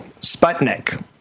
Sputnik